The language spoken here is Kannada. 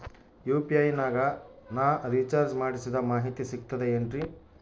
ಯು.ಪಿ.ಐ ನಾಗ ನಾ ರಿಚಾರ್ಜ್ ಮಾಡಿಸಿದ ಮಾಹಿತಿ ಸಿಕ್ತದೆ ಏನ್ರಿ?